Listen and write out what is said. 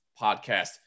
podcast